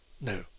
No